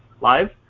live